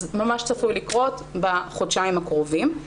זה ממש צפוי לקרות בחודשיים הקרובים.